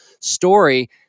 story